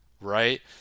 right